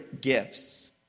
gifts